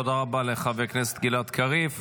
תודה רבה לחבר הכנסת גלעד קריב.